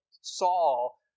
Saul